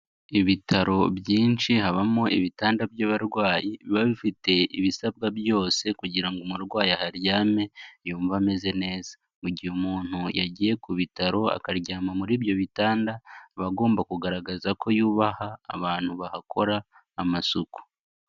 Ibitaro byinshi habamo ibitanda by'abarwayi biba bifite ibisabwa byose kugira ngo umurwayi aharyame yumve ameze neza, mu gihe umuntu yagiye ku bitaro akaryama muri ibyo bitanda aba agomba kugaragaza ko yubaha abantu bahakora amasuku.